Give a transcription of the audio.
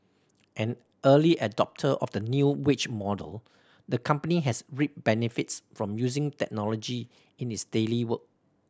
an early adopter of the new wage model the company has reaped benefits from using technology in its daily work